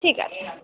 ঠিক আছে